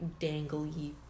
dangly